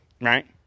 right